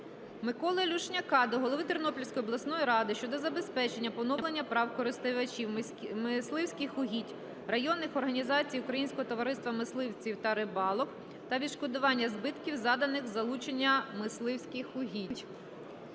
Миколи Люшняка до голови Тернопільської обласної ради щодо забезпечення поновлення прав користувачів мисливських угідь - районних організацій Українського товариства мисливців та рибалок та відшкодування збитків, завданих вилученням мисливських угідь.